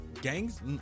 gangs